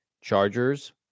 Chargers